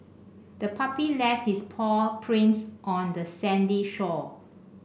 the puppy left its paw prints on the sandy shore